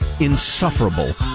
insufferable